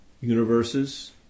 universes